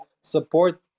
support